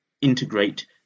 integrate